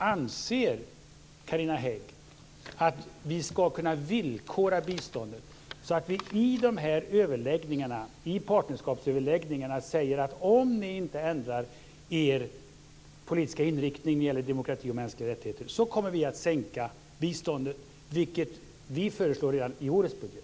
Anser Carina Hägg att vi ska kunna villkora biståndet, så att vi i partnerskapsöverläggningarna säger att om de inte ändrar politisk inriktning när det gäller demokrati och mänskliga rättigheter kommer vi att sänka biståndet? Vi föreslår detta redan i årets budget.